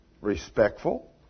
respectful